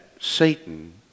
Satan